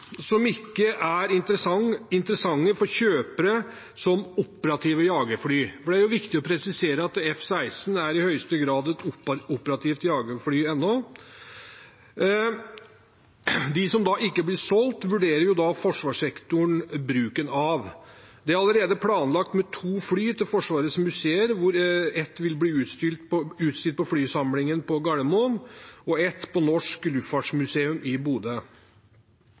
som ikke er interessante for kjøpere som operative jagerfly. Det er viktig å presisere at F-16 ennå i høyeste grad er et operativt jagerfly. De som ikke blir solgt, vurderer forsvarssektoren bruken av. Det er allerede planlagt med to fly til Forsvarets museer, hvor et vil bli utstilt på flysamlingen på Gardermoen og et på Norsk Luftfartsmuseum i Bodø.